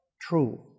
true